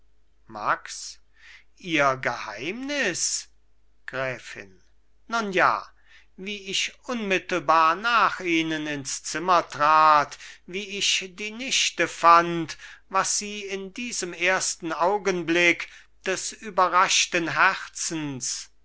max ihr geheimnis gräfin nun ja wie ich unmittelbar nach ihnen ins zimmer trat wie ich die nichte fand was sie in diesem ersten augenblick des überraschten herzens